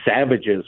savages